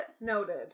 noted